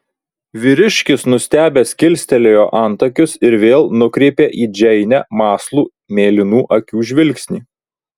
vyriškis nustebęs kilstelėjo antakius ir vėl nukreipė į džeinę mąslų mėlynų akių žvilgsnį